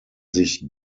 sich